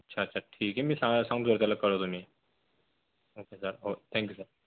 अच्छा अच्छा ठीक आहे मी सा सांगतो त्याला कळवतो मी ओके सर ओ थँक्यू सर